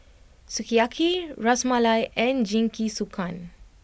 Sukiyaki Ras Malai and Jingisukan